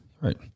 Right